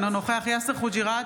אינו נוכח יאסר חוג'יראת,